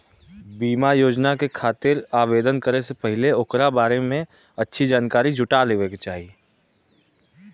बीमा योजना के खातिर आवेदन करे से पहिले ओकरा बारें में अच्छी जानकारी जुटा लेवे क चाही